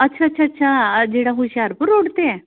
ਅੱਛਾ ਅੱਛਾ ਅੱਛਾ ਆ ਜਿਹੜਾ ਹੁਸ਼ਿਆਰਪੁਰ ਰੋਡ 'ਤੇ ਹੈ